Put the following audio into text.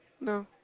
No